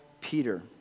Peter